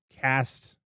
cast